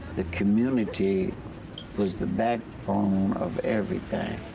the community was the backbone of everything.